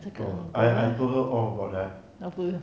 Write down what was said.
I I told her off about that